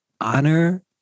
honor